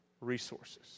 resources